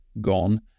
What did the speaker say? gone